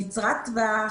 קצרת טווח,